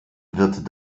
wird